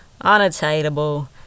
unattainable